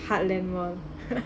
heartland mall